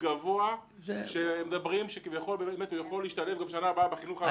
התפתחותי שאמורים להשתלב במעונות היום הכלליים.